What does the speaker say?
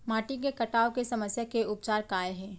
माटी के कटाव के समस्या के उपचार काय हे?